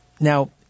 Now